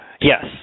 Yes